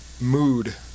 mood